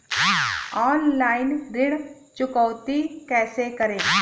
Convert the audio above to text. Online ऋण चुकौती कैसे करें?